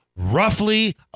roughly